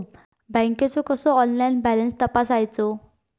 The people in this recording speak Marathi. बँकेचो कसो ऑनलाइन बॅलन्स तपासायचो?